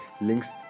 links